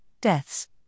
deaths